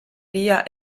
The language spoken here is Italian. via